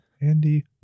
Andy